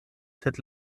sed